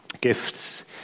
gifts